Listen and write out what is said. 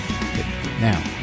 Now